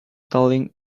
darling